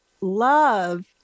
love